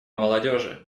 молодежи